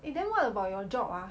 eh then what about your job ah